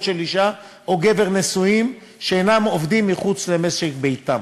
של אישה או גבר נשואים שאינם עובדים מחוץ למשק-ביתם.